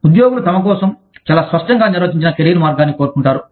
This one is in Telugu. ఉద్యోగులు తమ కోసం చాలా స్పష్టంగా నిర్వచించిన కెరీర్ మార్గాన్ని కోరుకుంటారు